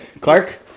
Clark